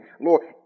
Lord